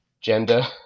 gender